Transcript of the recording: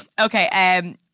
Okay